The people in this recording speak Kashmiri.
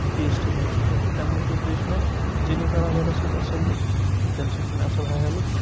ٹیسٹی باسیومُت تہٕ تَمہِ موٗجوٗب بیٚیہِ چھُ مےٚ چٲنِس برادَرَس سۭتۍ اَصٕل تَمہِ سۭتۍ چھُ مےٚ اَصٕل ہَے ہٮ۪لو